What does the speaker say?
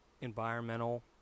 environmental